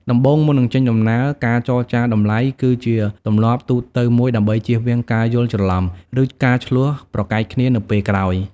ដំបូង មុននឹងចេញដំណើរ ការចរចាតម្លៃ គឺជាទម្លាប់ទូទៅមួយដើម្បីជៀសវាងការយល់ច្រឡំ ឬការឈ្លោះប្រកែកគ្នានៅពេលក្រោយ។